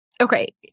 Okay